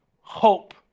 hope